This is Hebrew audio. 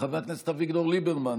חבר הכנסת אביגדור ליברמן,